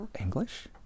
English